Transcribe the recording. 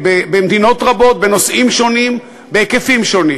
במדינות רבות בנושאים שונים, בהיקפים שונים.